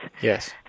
Yes